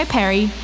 Perry